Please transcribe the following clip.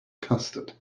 custard